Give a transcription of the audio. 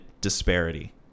disparity